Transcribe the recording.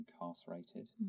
incarcerated